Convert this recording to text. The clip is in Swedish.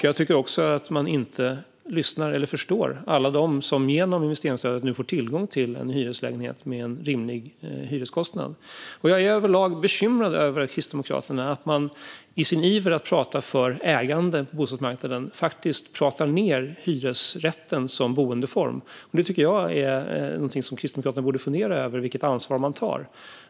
Jag tycker inte att man lyssnar till eller förstår alla dem som genom investeringsstödet nu får tillgång till en hyreslägenhet med en rimlig hyreskostnad. Jag är överlag bekymrad över att Kristdemokraterna i sin iver att prata för ägande på bostadsmarknaden pratar ned hyresrätten som boendeform. Detta tycker jag är något som Kristdemokraterna borde fundera över - vilket ansvar man tar.